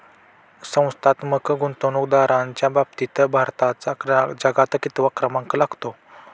संस्थात्मक गुंतवणूकदारांच्या बाबतीत भारताचा जगात कितवा क्रमांक लागतो?